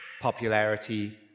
popularity